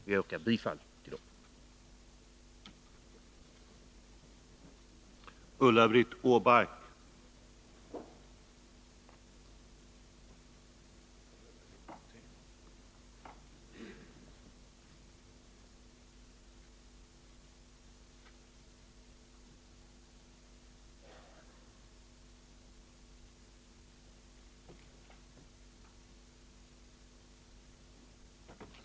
Jag yrkar bifall till motionen.